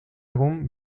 egun